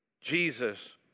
Jesus